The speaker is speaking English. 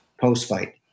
post-fight